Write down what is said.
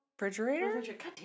Refrigerator